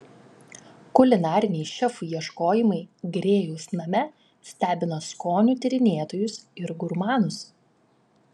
kulinariniai šefų ieškojimai grėjaus name stebina skonių tyrinėtojus ir gurmanus